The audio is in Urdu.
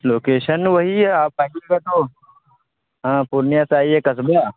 لوکیشن وہی ہے آپ آئیے گا تو ہاں پورنیہ سے آئیے کسبیا